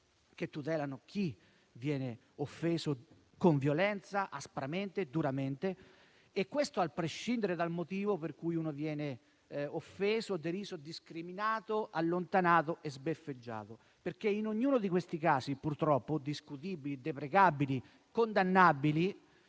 che tutelano chi viene offeso con violenza, aspramente e duramente, a prescindere dal motivo per cui viene offeso, deriso, discriminato, allontanato e sbeffeggiato. In ognuno di detti casi, infatti, purtroppo discutibili, deprecabili e condannabili,